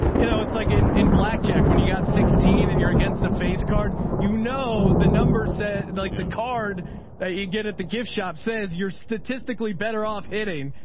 you know it's like in, in blackjack when you got sixteen and you're against a face card, you know, the number says like the card that you get at the gift shop says, you're statistically better off hitting.